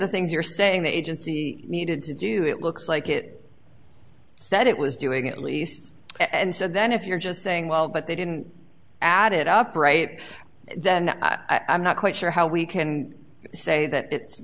the things you're saying the agency needed to do it looks like it said it was doing at least and so then if you're just saying well but they didn't add it up right then i'm not quite sure how we can say that it's